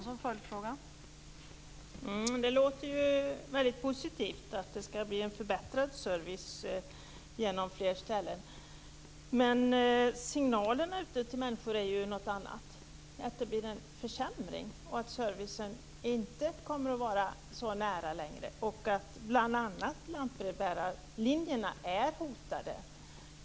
Fru talman! Det låter väldigt positivt att det ska bli en förbättrad service genom fler ställen. Men signalerna ut till människor säger ju något annat, att det bli en försämring och att servicen inte längre kommer att vara så nära. Bl.a. säger de att lantbrevbärarlinjerna är hotade.